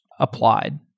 applied